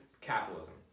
capitalism